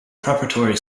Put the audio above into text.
preparatory